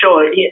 sure